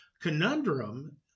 conundrum